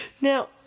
Now